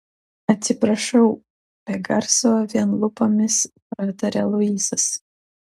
atsiprašau be garso vien lūpomis prataria luisas